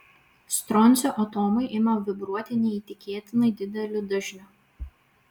stroncio atomai ima vibruoti neįtikėtinai dideliu dažniu